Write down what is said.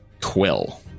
Quill